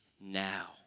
now